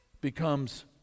becomes